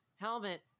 helmet